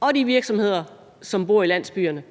og de virksomheder, som er i landsbyerne,